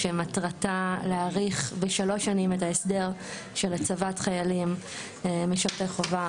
שמטרתה להאריך בשלוש שנים את ההסדר של הצבת חיילים משרתי חובה